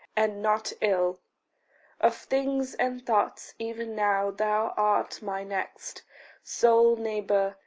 and not ill of things and thoughts even now thou art my next sole neighbour,